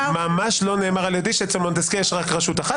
ממש לא נאמר על ידי שאצל מונטסקייה יש רק רשות אחת.